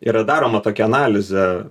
yra daroma tokia analizė